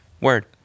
word